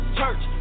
church